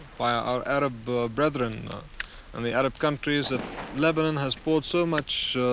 by our arab brethren and the arab countries that lebanon has bought so much